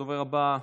הדובר הבא,